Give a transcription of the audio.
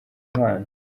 impano